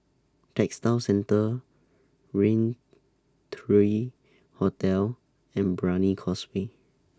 Textile Centre Rain three Hotel and Brani Causeway